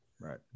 right